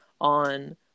on